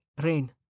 Rain